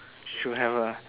should have ah